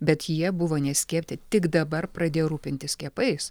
bet jie buvo neskiepyti tik dabar pradėjo rūpintis skiepais